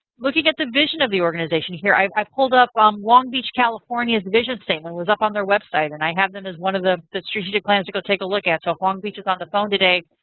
looking at the vision of the organization here, i've i've pulled up um long beach, california's vision statement. it was up on their website and i have them as one of the the strategic plans to go take a look at. so if long beach is on the phone today,